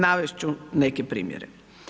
Navest ću neke primjere.